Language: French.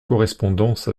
correspondance